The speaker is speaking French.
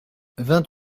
vingt